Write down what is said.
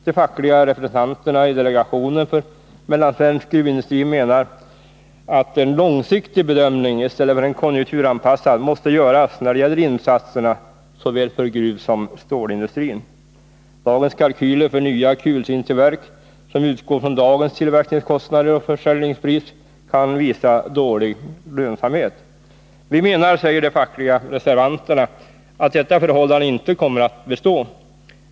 De fackliga representanterna i delegationen för mellansvensk gruvindustri menar att en långsiktig bedömning, i stället för en konjunkturanpassad, måste göras när det gäller insatserna för såväl gruvsom stålindustrin. Dagens kalkyler för nya kulsinterverk, som utgår från dagens tillverkningskostnader och försäljningspriser, kan visa dålig lönsamhet. Vi menar, säger de fackliga reservanterna, att detta förhållande inte kommer att bestå.